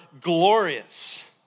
glorious